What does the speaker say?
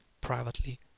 privately